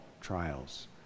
trials